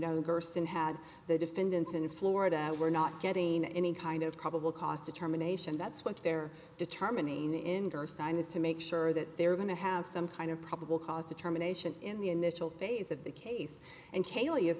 gerson had the defendants in florida were not getting any kind of probable cause determination that's what they're determining in der status to make sure that they're going to have some kind of probable cause determination in the initial phase of the case and caylee is